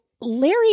Larry